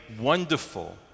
wonderful